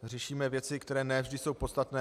Řešíme věci, které ne vždy jsou podstatné.